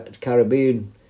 Caribbean